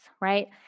right